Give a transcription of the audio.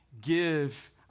give